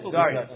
sorry